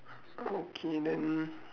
okay then